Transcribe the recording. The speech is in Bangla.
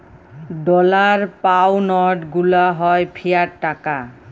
ডলার, পাউনড গুলা হ্যয় ফিয়াট টাকা